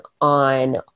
on